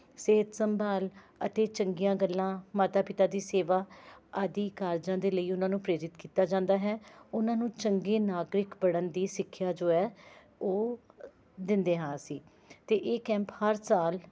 ਸਿਹਤ ਸੰਭਾਲ ਅਤੇ ਚੰਗੀਆਂ ਗੱਲਾਂ ਮਾਤਾ ਪਿਤਾ ਦੀ ਸੇਵਾ ਆਦਿ ਕਾਰਜਾਂ ਦੇ ਲਈ ਉਹਨਾਂ ਨੂੰ ਪ੍ਰੇਰਿਤ ਕੀਤਾ ਜਾਂਦਾ ਹੈ ਉਹਨਾਂ ਨੂੰ ਚੰਗੇ ਨਾਗਰਿਕ ਬਣਨ ਦੀ ਸਿੱਖਿਆ ਜੋ ਹੈ ਉਹ ਦਿੰਦੇ ਹਾਂ ਅਸੀਂ ਅਤੇ ਇਹ ਕੈਂਪ ਹਰ ਸਾਲ